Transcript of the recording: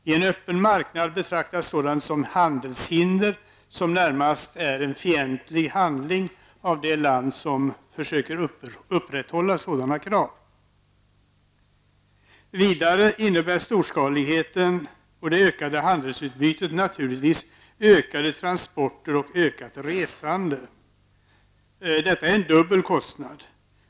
I en öppen marknad betraktas sådant som handelshinder, som närmast är en fientlig handling av det land som försöker upprätthålla sådana krav. Vidare innebär storskaligheten och det ökade handelsutbytet naturligtvis ökade transporter och ökat resande. Detta är en dubbel kostnad.